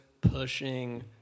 pushing